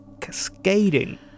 Cascading